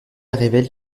révèle